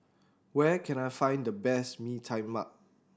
where can I find the best Mee Tai Mak